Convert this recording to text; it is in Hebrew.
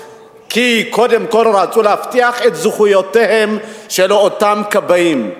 כי קודם כול רצו להבטיח את זכויותיהם של אותם כבאים.